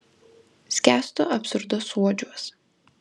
skęstu absurdo suodžiuos